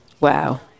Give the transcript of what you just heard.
Wow